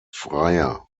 freier